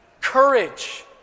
courage